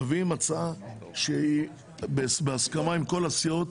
מביאים הצעה שהיא בהסכמה עם כל הסיעות